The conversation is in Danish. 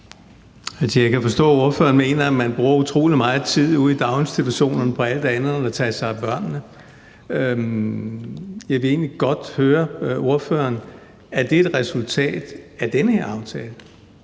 Jeg kan forstå, at ordføreren mener, at man bruger utrolig meget tid ude i daginstitutionerne på alt andet end at tage sig af børnene. Jeg vil egentlig godt høre ordføreren: Er det et resultat af den her aftale,